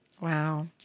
Wow